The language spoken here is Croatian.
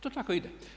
To tako ide.